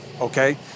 okay